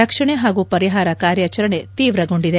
ರಕ್ಷಣೆ ಹಾಗೂ ಪರಿಹಾರ ಕಾರ್ಯಾಚರಣೆ ತೀವ್ರಗೊಂಡಿದೆ